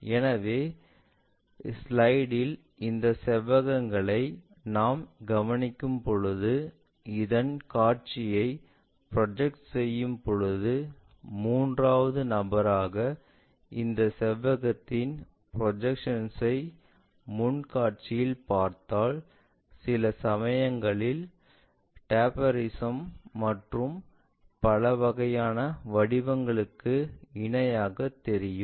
எனவே ஸ்லைடில் இந்த செவ்வகங்களை நாம் கவனிக்கும்போது அதன் காட்சியை ப்ரொஜெக்ட் செய்யும்பொழுது மூன்றாவது நபராக இந்த செவ்வகத்தின் ப்ரொஜெக்ஷன்ஐ முன் காட்சி இல் பார்த்தால் சில சமயங்களில் டிராபீஜியம் மற்றும் பல வகையான வடிவங்களுக்கு இணையாக தெரியும்